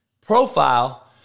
profile